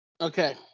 Okay